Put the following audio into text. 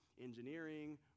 engineering